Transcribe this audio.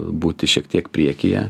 būti šiek tiek priekyje